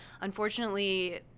unfortunately